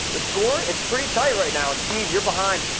the score it's pretty tight right now and steve you're behind.